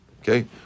Okay